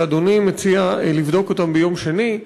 שאדוני מציע לבדוק אותם ביום שני,